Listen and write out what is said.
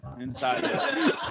inside